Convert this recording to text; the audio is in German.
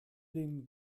den